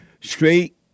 straight